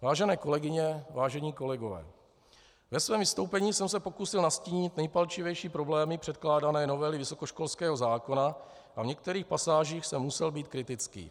Vážené kolegyně, vážení kolegové, ve svém vystoupení jsem se pokusil nastínit nejpalčivější problémy předkládané novely vysokoškolského zákona a v některých pasážích jsem musel být kritický.